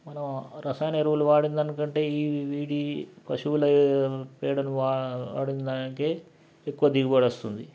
మనం రసాయన ఎరువులు వాడిన దానికంటే ఈ వీడి పశువుల పేడను వా వాడిన దానికే ఎక్కువ దిగుబడి వస్తుంది